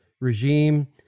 regime